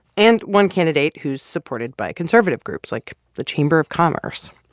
and one candidate who's supported by conservative groups, like the chamber of commerce